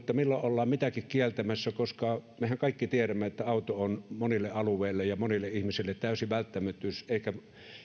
ollaan milloin mitäkin kieltämässä mehän kaikki tiedämme että auto on monille alueille ja monille ihmisille täysin välttämättömyys eikä yksi auto